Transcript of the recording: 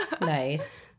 Nice